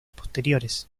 posteriores